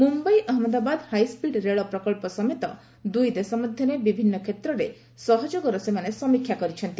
Mumbai Ahmedabad high speed ରେଳ ପ୍ରକଳ୍ପ ସମେତ ଦୁଇ ଦେଶ ମଧ୍ୟରେ ବିଭିନ୍ନ କ୍ଷେତ୍ରରେ ସହଯୋଗର ସେମାନେ ସମୀକ୍ଷା କରିଛନ୍ତି